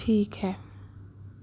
ठीक है